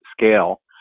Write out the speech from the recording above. scale